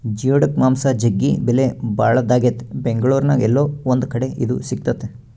geoduck ಮಾಂಸ ಜಗ್ಗಿ ಬೆಲೆಬಾಳದಾಗೆತೆ ಬೆಂಗಳೂರಿನ್ಯಾಗ ಏಲ್ಲೊ ಒಂದು ಕಡೆ ಇದು ಸಿಕ್ತತೆ